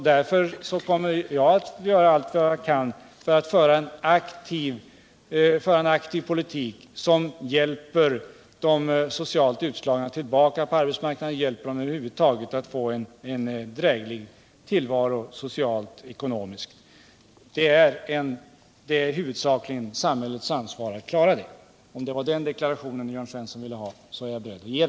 Därför kommer jag att göra allt jag kan för att föra en aktiv politik, som hjälper de socialt utslagna och andra svårt handikappade tillbaka till arbetsmarknaden, hjälper dem över huvud taget att få en dräglig tillvaro, socialt och ekonomiskt. Det är huvudsakligen samhällets ansvar att klara det. Om det var den deklarationen Jörn Svensson ville ha, så har han alltså fått den.